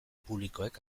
publikoek